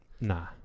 Nah